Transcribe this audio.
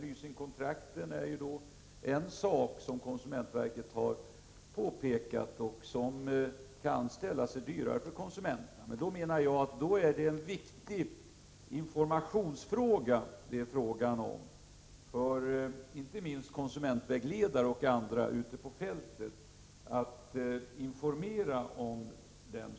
Leasingkontrakt är ett sätt, som konsumentverket har pekat på och som kan ställa sig dyrare för konsumenterna. Det är då viktigt att inte minst konsumentvägledare och andra ute på fältet informerar om det.